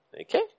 Okay